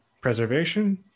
preservation